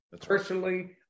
Personally